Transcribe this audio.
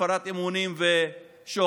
הפרת אמונים ושוחד.